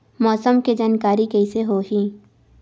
मौसम के जानकारी कइसे होही?